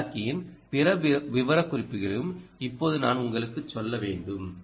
இந்த சீராக்கியின் பிற விவரக்குறிப்புகளையும் இப்போது நான் உங்களுக்குச் சொல்ல வேண்டும்